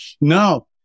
No